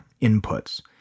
inputs